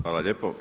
Hvala lijepo.